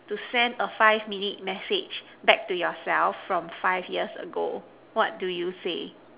to send a five minute message back to yourself from five years ago what do you say